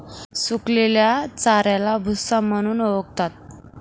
सुकलेल्या चाऱ्याला भुसा म्हणून ओळखतात